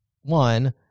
one